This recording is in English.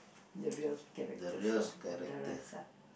the real characters ah or the rest ah